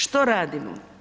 Što radimo?